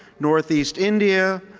northeast india,